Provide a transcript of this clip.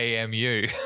AMU